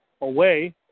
away